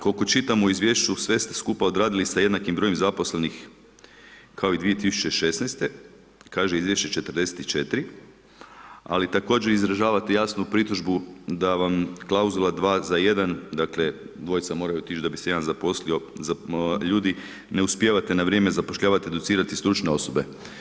Koliko čitam u izvješću, sve ste skupa odradili sa jednakim brojem zaposlenih kao i 2016., kaže izvješće 44, ali također izražavati jasnu pritužbu da vam klauzula „dva za jedan“, dakle dvojica moraju otići da bi se jedan zaposlio ljudi, ne uspijevate na vrijeme zapošljavati, educirati stručne osobe.